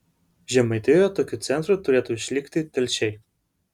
žemaitijoje tokiu centru turėtų išlikti telšiai